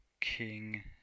King